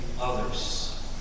others